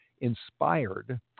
inspired